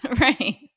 right